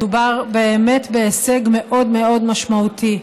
מדובר באמת בהישג מאוד משמעותי.